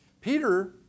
Peter